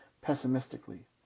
pessimistically